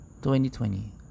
2020